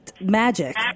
magic